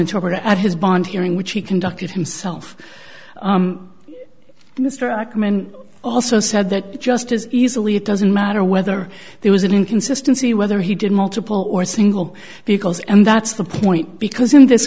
interpreter at his bond hearing which he conducted himself mr ackerman also said that just as easily it doesn't matter whether there was an inconsistency whether he did multiple or single because and that's the point because in this